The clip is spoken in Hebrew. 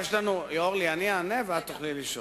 חברת הכנסת אורלי, אני אענה ואת תוכלי לשאול.